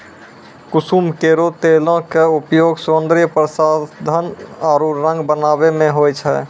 कुसुम केरो तेलो क उपयोग सौंदर्य प्रसाधन आरु रंग बनावै म होय छै